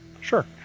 Sure